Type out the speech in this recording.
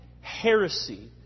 heresy